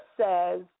says